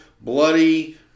bloody